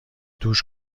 دوش